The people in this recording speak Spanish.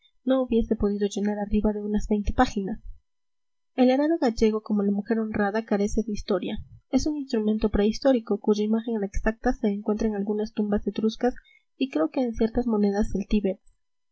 no hubiese podido llenar arriba de unas veinte páginas el arado gallego como la mujer honrada carece de historia es un instrumento prehistórico cuya imagen exacta se encuentra en algunas tumbas etruscas y creo que en ciertas monedas